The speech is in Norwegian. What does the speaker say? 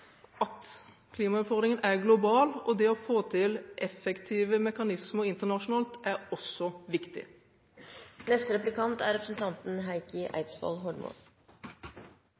at klimautfordringen er global, og det å få til effektive mekanismer internasjonalt er også viktig.